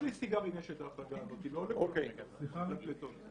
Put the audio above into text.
רק לסיגרים יש את ההחרגה הזאת לא לכל הפלטות.